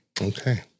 Okay